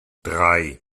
drei